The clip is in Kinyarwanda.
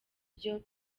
byo